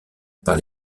par